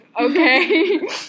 okay